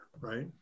Right